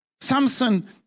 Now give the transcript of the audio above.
Samson